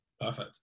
Perfect